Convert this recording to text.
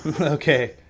Okay